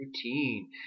routine